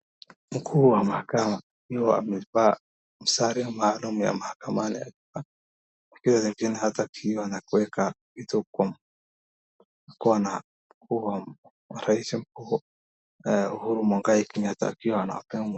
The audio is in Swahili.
Mkuu wa mahakama akiwa amevaa msare maalum ya mahakamani, akiwa zingine akuweka kitu kwa mkuu wa rais mkuu, Uhuru Muigai Kenyatta akiwa.